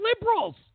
liberals